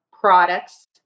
products